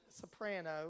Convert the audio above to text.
soprano